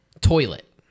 toilet